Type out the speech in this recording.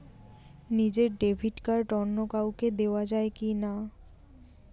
নিজের debit card অন্য কাউকে দেওয়া যায় কি না?